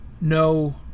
no